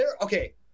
okay